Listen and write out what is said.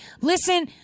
Listen